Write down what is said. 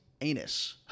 anus